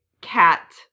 cat